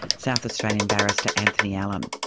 south australian barrister anthony allen.